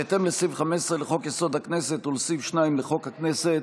בהתאם לסעיף 15 לחוק-יסוד: הכנסת ולסעיף 2 לחוק הכנסת,